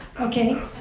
Okay